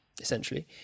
essentially